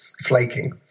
flaking